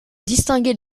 distinguer